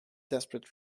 desperate